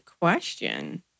question